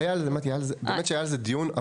לא, מטי, היה על זה דיון ארוך.